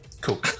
Cool